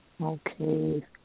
Okay